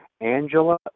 Angela